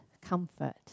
comfort